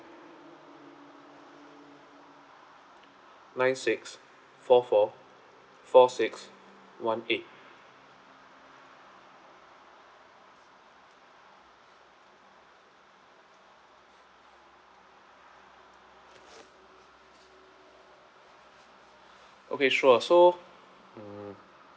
nine six four four four six one eight okay sure so mm